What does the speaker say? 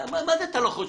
מה זה אתה "לא חושב"?